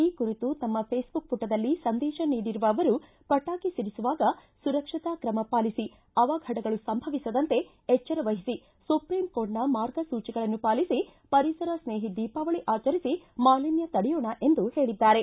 ಈ ಕುರಿತು ತಮ್ಮ ಫೇಸ್ಬುಕ್ ಪುಟದಲ್ಲಿ ಸಂದೇಶ ನೀಡಿರುವ ಅವರು ಪಟಾಕಿ ಸಿಡಿಸುವಾಗ ಸುರಕ್ಷತಾ ಕ್ರಮ ಪಾಲಿಸಿ ಅವಘಡಗಳು ಸಂಭವಿಸದಂತೆ ಎಚ್ಚರ ವಹಿಸಿ ಸುಪ್ರೀಂಕೋರ್ಟ್ನ ಮಾರ್ಗಸೂಚಿಗಳನ್ನು ಪಾಲಿಸಿ ಪರಿಸರ ಸ್ನೇಹಿ ದೀಪಾವಳಿ ಆಚರಿಸಿ ಮಾಲಿನ್ಯ ತಡೆಯೋಣ ಎಂದು ಹೇಳಿದ್ದಾರೆ